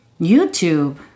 youtube